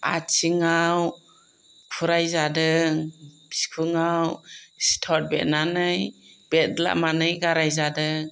आथिङाव फुरायजादों बिखुंआव सिथर बेरनानै बेदला मानै गाराय जादों